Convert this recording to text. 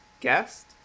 guest